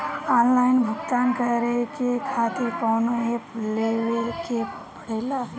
Online भुगतान करके के खातिर कौनो ऐप लेवेके पड़ेला?